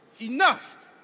Enough